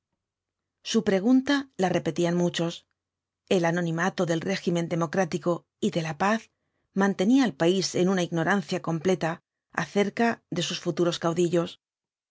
su pregunta la repetían muchos el anonimato del régimen democrático y de la paz mantenía al país en una ignorancia completa acerca de sus futuros caudillos